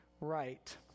right